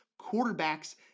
quarterbacks